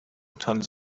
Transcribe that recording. tons